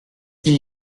qu’il